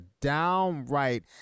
downright